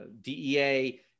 DEA